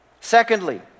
Secondly